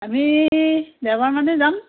আমি দেওবাৰ মানে যাম